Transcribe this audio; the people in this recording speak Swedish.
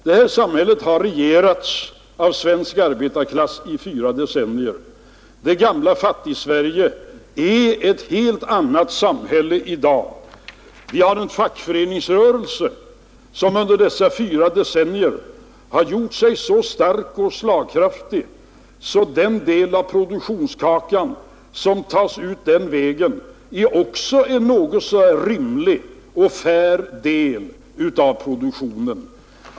Det här samhället har regerats av svensk arbetarklass i fyra decennier. Det gamla Fattigsverige har nu blivit ett helt annat samhälle. Vi har en fackföreningsrörelse som under fyra decennier har vuxit sig så stark och slagkraftig att den del av produktionskakan som tas ut den vägen är en något så när rimlig och fair del av produktionen.